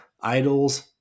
idols